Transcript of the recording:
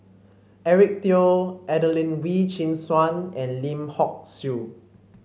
Eric Teo Adelene Wee Chin Suan and Lim Hock Siew